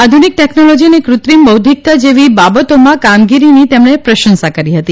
આધુનિક ટેકનોલોજી અને કૃત્રિમ બૌદ્ધિકતા જેવી બાબતોમાં કામગીરીની તેમણે પ્રશંસા કરી હતી